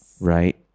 right